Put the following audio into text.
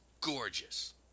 gorgeous